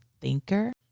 thinker